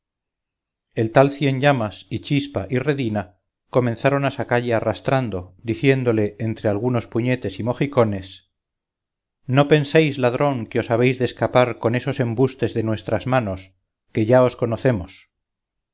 el tal cienllamas y chispa y redina comenzaron a sacalle arrastrando diciéndole entre algunos puñetes y mojicones no penséis ladrón que os habéis de escapar con esos embustes de nuestras manos que ya os conocemos